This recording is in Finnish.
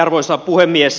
arvoisa puhemies